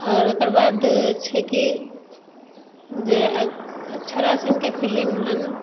आओर ओकर बाद छै कि जे अक्षरा सिंहके फिलिम हँ